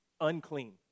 unclean